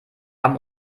haben